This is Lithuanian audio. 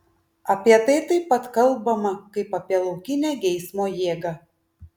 apie tai taip pat kalbama kaip apie laukinę geismo jėgą